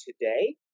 today